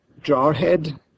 Jarhead